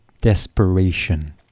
desperation